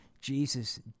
Jesus